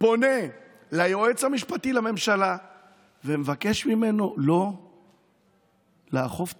פונה ליועץ המשפטי לממשלה ומבקש ממנו לא לאכוף את